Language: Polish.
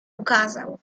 ukazał